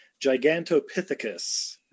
Gigantopithecus